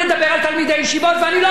ואני לא רוצה לתת לכם את זה.